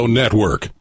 network